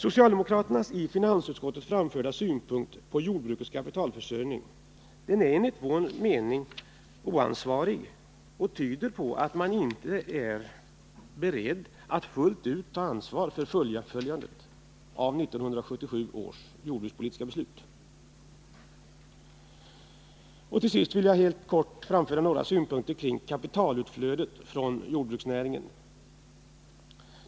Socialdemokraternas i finansutskottet framförda synpunkt på jordbrukets kapitalförsörjning är enligt vår mening oansvarig och tyder på att man inte är beredd att fullt ut ta ansvar för fullföljandet av 1977 års jordbrukspolitiska beslut. Till sist vill jag helt kort framföra några synpunkter kring kapitalutflödet från jordbruksnäringen.